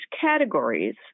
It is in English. categories